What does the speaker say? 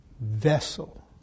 vessel